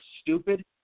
stupid